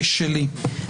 פ/1044/24 שלי.